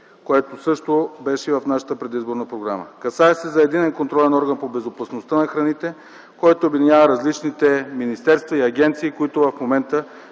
което също беше в нашата предизборна програма. Касае се за единен контролен орган по безопасността на храните, който обединява различните министерства и агенции, които в момента